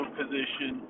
position